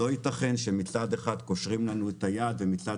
לא יתכן שמצד אחד קושרים לנו את היד ומצד